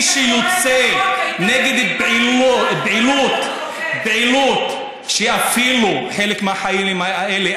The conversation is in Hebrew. מי שיוצא נגד פעילות שאפילו חלק מהחיילים האלה,